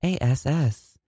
ASS